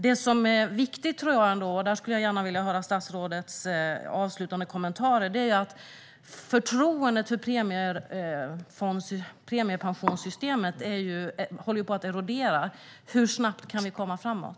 Det jag ändå tror är viktigt, och där skulle jag gärna vilja höra statsrådets avslutande kommentarer, är att förtroendet för premiepensionssystemet håller på att erodera. Hur snabbt kan ni komma framåt?